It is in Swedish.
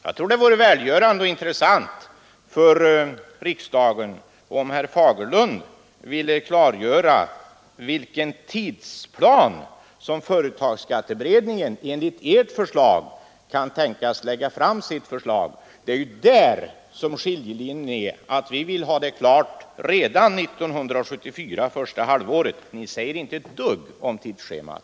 Jag tror det vore både välgörande och intressant för riksdagen om herr Fagerlund här ville klargöra inom vilken tid företagsskatteberedningen kan tänkas lägga fram sitt förslag om man går på er linje. Det är där den skiljande gränsen går. Vi vill ha det klart redan första halvåret 1974; ni säger inte ett dugg om tidsschemat.